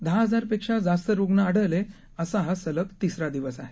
दहा हजारपेक्षा जास्त रुग्ण आढळले असा हा सलग तिसरा दिवस आहे